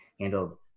handled